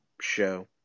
show